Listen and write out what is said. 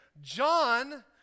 John